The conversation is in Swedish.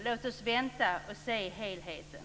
Låt oss vänta och se helheten!